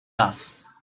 does